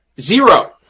zero